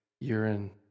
urine